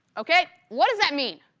ok, what does that mean?